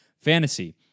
Fantasy